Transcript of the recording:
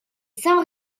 sans